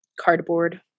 Cardboard